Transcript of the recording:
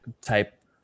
type